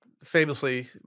Famously